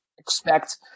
expect